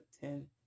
ten